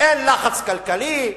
אין לחץ כלכלי,